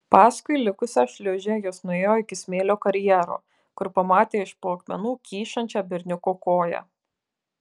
paskui likusią šliūžę jos nuėjo iki smėlio karjero kur pamatė iš po akmenų kyšančią berniuko koją